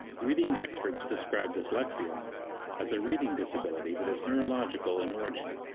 reading experts describe dyslexia as a reading disability that is neurological in origin.